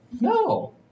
No